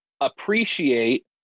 appreciate